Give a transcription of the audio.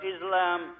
Islam